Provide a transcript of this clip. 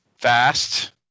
Fast